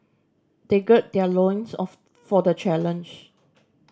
they gird their loins of for the challenge